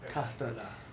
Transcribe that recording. web casted lah